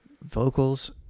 vocals